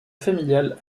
familiale